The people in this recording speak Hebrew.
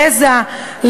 גזע,